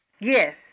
Yes